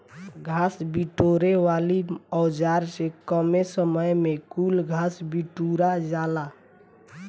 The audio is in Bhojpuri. घास बिटोरे वाली औज़ार से कमे समय में कुल घास बिटूरा जाला